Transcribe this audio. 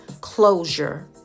closure